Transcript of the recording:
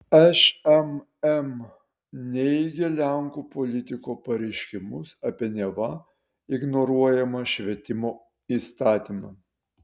šmm neigia lenkų politiko pareiškimus apie neva ignoruojamą švietimo įstatymą